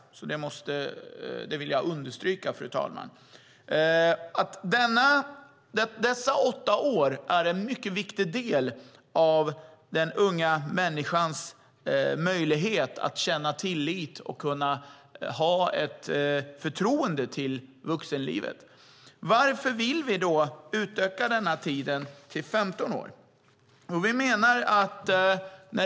Det vill jag understryka. Dessa åtta år är en mycket viktig del av den unga människans möjlighet att känna tillit och ha ett förtroende för vuxenlivet. Varför vill vi då utöka denna tid till 15 år?